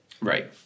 Right